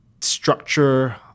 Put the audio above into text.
structure